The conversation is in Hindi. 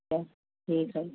तो ठीक है